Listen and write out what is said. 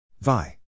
Vi